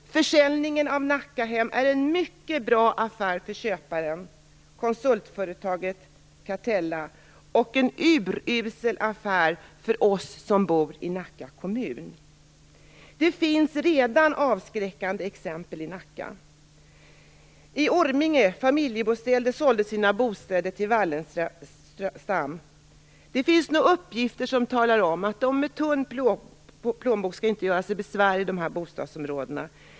Försäljningen av Nackahem är en mycket bra affär för köparen, konsultföretaget Catella, och en urusel affär för oss som bor i Nacka kommun. Det finns redan avskräckande exempel i Nacka. Wallenstam. Det finns nu uppgifter som pekar på att de med tunn plånbok inte skall göra sig besvär i de här bostadsområdena.